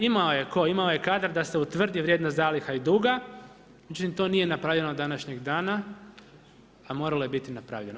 Imao je, imao je kadar da se utvrdi vrijednost zaliha i duga međutim to nije napravljeno do današnjeg dana, a moralo je biti napravljeno.